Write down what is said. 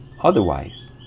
Otherwise